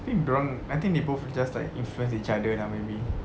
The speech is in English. I think dorang I think they both just like influence each other lah maybe